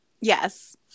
yes